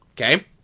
Okay